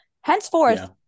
Henceforth